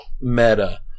meta